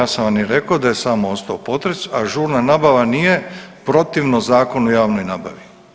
Pa ja sam vam i rekao da je samo ostao potres, a žurna nabava nije protivno Zakonu o javnoj nabavi.